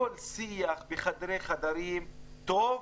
כל שיח בחדרי חדרים הוא טוב,